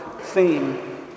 theme